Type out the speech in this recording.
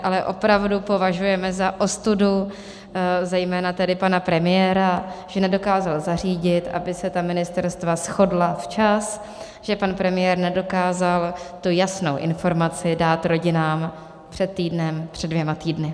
Ale opravdu považujeme za ostudu zejména tedy pana premiéra, že nedokázal zařídit, aby se ta ministerstva shodla včas, že pan premiér nedokázal tu jasnou informaci dát rodinám před týdnem, před dvěma týdny.